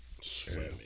Swimming